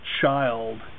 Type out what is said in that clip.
child